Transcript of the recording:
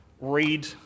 read